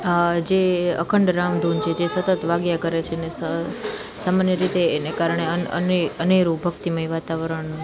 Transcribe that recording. જે અખંડ રામ ધૂન છે જે સતત વાગ્યાં કરે છે ને સામાન્ય રીતે એનાં કારણે અનેરું ભક્તિમય વાતાવરણ